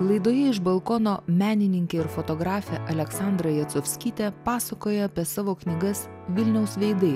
laidoje iš balkono menininkė ir fotografė aleksandra jacovskytė pasakoja apie savo knygas vilniaus veidai